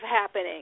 happening